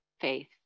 faith